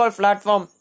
platform